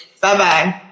Bye-bye